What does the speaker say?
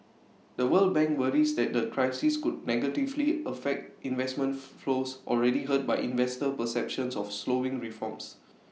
the world bank worries that the crisis could negatively affect investment flows already hurt by investor perceptions of slowing reforms